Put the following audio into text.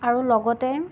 আৰু লগতে